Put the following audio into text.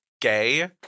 gay